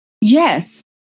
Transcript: Yes